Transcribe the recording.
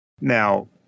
Now